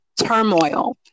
turmoil